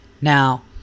Now